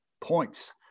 points